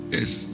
Yes